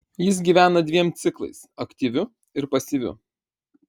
jis gyvena dviem ciklais aktyviu ir pasyviu